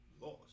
lost